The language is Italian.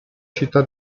città